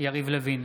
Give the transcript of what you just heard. יריב לוין,